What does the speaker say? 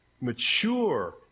mature